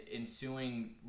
ensuing